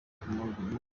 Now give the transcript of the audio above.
mana